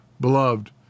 Beloved